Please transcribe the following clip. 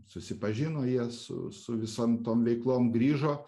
susipažino jie su su visom tom veiklom grįžo